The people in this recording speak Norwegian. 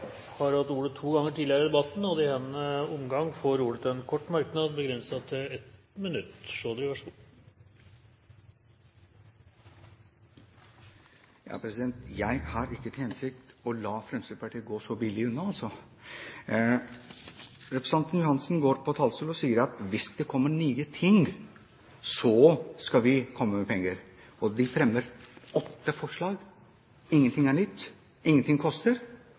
har hatt ordet to ganger tidligere og får ordet til en kort merknad, begrenset til 1 minutt. Jeg har ikke til hensikt å la Fremskrittspartiet slippe så billig unna. Representanten Ørsal Johansen går på talerstolen og sier at hvis det kommer nye ting, skal vi komme med penger. Man fremmer åtte forslag, og ingenting er nytt, ingenting koster.